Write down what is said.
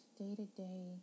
day-to-day